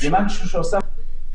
זה משהו שהוספנו.